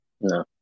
no